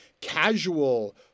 casual